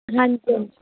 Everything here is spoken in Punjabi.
ਹਾਂਜੀ